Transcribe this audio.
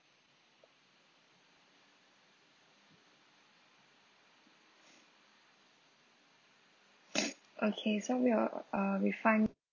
okay so we will uh refund